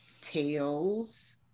tales